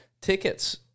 tickets